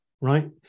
right